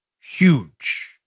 Huge